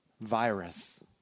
virus